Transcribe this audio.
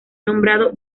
nombrado